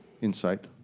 insight